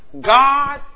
God